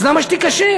אז למה שתיכשל?